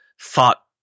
thought